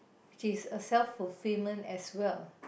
which is a self fulfilment as well